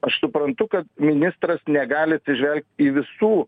aš suprantu kad ministras negali atsižvelgti į visų